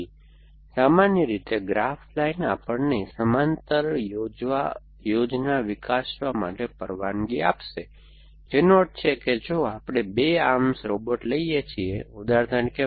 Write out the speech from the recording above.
તેથી સામાન્ય રીતે ગ્રાફ લાઇન આપણને સમાંતર યોજના વિકસાવવા માટે પરવાનગી આપશે જેનો અર્થ છે કે જો આપણે 2 આર્મ્સ રોબોટ લઈએ છીએ ઉદાહરણ તરીકે